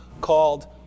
called